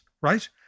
Right